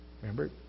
Remember